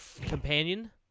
companion